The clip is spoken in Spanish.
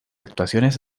actuaciones